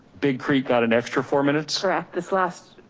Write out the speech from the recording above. big creek got an extra four minutes? correct, this last,